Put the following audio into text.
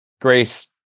Grace